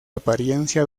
apariencia